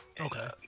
Okay